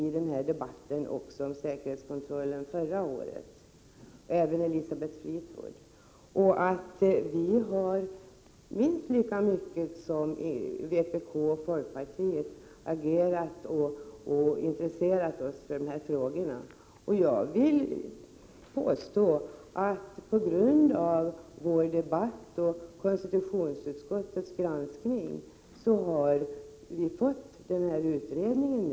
1987/88:132 debatten om säkerhetskontrollen förra året, alltså även Elisabeth Fleet 2 juni 1988 wood. Vi har minst lika mycket som vpk och folkpartiet agerat och intresserat R ä S Granskning av statsoss för dessa frågor. Jag vill påstå att den här utredningen har tillsatts på rådens tjänsteutövning grund av vår debatt och på grund av konstitutionsutskottets granskning.